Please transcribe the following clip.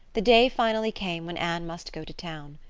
the day finally came when anne must go to town.